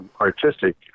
artistic